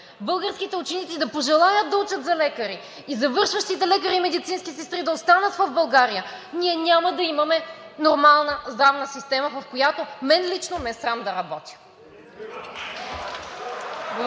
българските ученици да пожелаят да учат за лекари и завършващите лекари и медицински сестри да останат в България, ние няма да имаме нормална здравна система, в която мен лично ме е срам да работя.